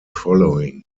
following